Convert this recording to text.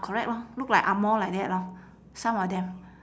correct lor look like angmoh like that lor some of them